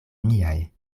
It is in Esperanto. miaj